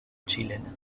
chilena